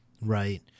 Right